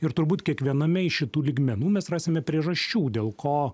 ir turbūt kiekviename iš šitų lygmenų mes rasime priežasčių dėl ko